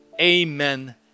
amen